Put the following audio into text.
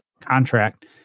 contract